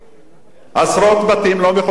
עשרות בתים לא מחוברים לחשמל.